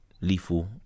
lethal